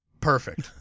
perfect